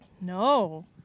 No